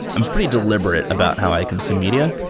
i'm pretty deliberate about how i consume media.